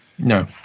No